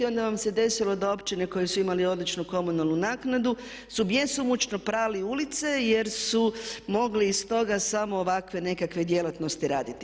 A onda vam se desilo da općine koje su imale odličnu komunalnu naknadu su bjesomučno prali ulice jer su mogli iz toga samo ovakve nekakve djelatnosti raditi.